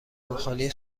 مخالی